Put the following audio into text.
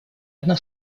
одна